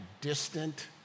distant